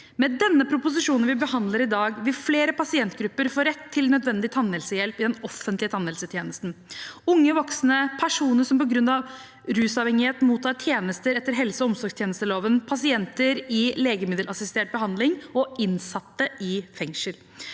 Med denne proposisjonen som vi behandler i dag, vil flere pasientgrupper få rett til nødvendig tannhelsehjelp i den offentlige tannhelsetjenesten – unge voksne, personer som på grunn av rusavhengighet mottar tjenester etter helse- og omsorgstjenesteloven, pasienter i legemiddelassistert behandling og innsatte i fengsel.